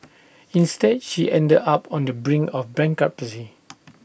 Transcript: instead she ended up on the brink of bankruptcy